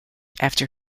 after